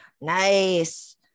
Nice